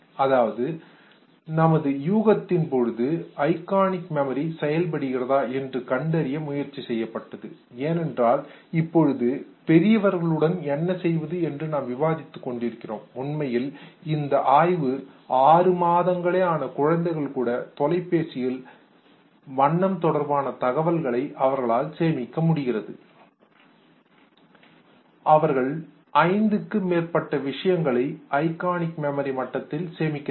அதாவது நமது யூகத்தின் போது ஐகானிக் மெமரி செயல்படுகிறதா என்று கண்டறிய முயற்சி செய்யப்பட்டது ஏனென்றால் இப்பொழுது பெரியவர்களுடன் என்ன செய்வது என்று நாம் விவாதித்துக் கொண்டிருக்கிறோம் உண்மையில் இந்த ஆய்வு ஆறு மாதங்களே ஆன குழந்தைகள் கூட தொலைபேசியில் வண்ணம் தொடர்பான தகவல்களை அவர்களால் சேமிக்க முடிகிறது அவர்கள் ஐந்துக்கு மேற்பட்ட விஷயங்களை ஐகானிக் மெமரி மட்டத்தில் சேமிக்கிறார்கள்